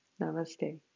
Namaste